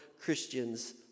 Christian's